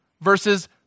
versus